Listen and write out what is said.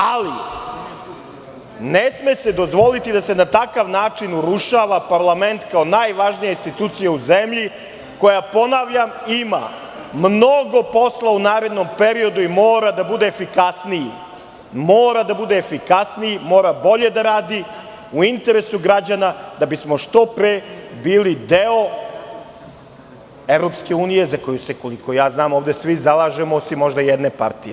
Ali, ne sme se dozvoliti da se na takav način urušava parlament kao najvažnija institucija u zemlji koja, ponavljam, ima mnogo posla u narednom periodu i mora da bude efikasniji i mora bolje da radi u interesu građana da bismo što pre bili deo EU, za koju se, koliko znam, svi ovde zalažemo, osim možda jedne partije.